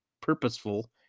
purposeful